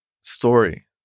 story